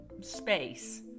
space